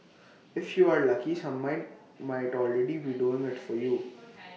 if you are lucky some might might already be doing IT for you